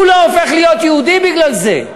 הוא לא הופך להיות יהודי בגלל זה.